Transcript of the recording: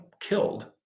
killed